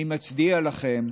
אני מצדיע לכם,